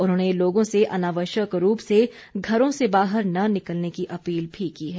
उन्होंने लोगों से अनावश्यक रूप से घरों से बाहर न निकलने की अपील भी की है